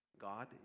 God